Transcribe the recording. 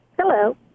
Hello